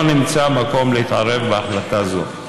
לא נמצא מקום להתערב בהחלטה זו.